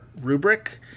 rubric